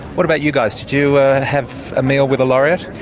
what about you guys? did you ah have a meal with a laureate?